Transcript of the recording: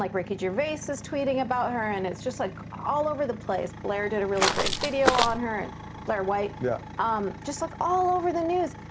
like ricky gervais so is tweeting about her, and it's just like all over the place. blaire did a really great video on her, and blaire white, yeah um just just like all over the news,